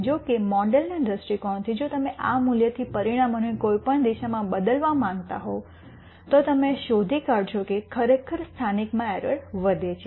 જો કે મોડેલના દૃષ્ટિકોણથી જો તમે આ મૂલ્યથી પરિમાણોને કોઈપણ દિશામાં બદલવા માંગતા હો તો તમે શોધી કાઢશો કે ખરેખર સ્થાનિકમાં એરર વધે છે